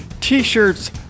t-shirts